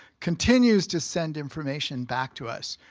continues to send information back to us.